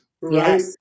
right